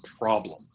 problem